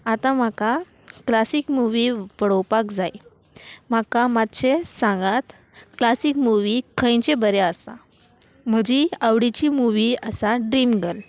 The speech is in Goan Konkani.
आतां म्हाका क्लासीक मुवी पडोवपाक जाय म्हाका मातशें सांगात क्लासीक मुवी खंयचे बरें आसा म्हजी आवडीची मुवी आसा ड्रीम गल